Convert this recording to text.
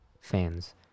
fans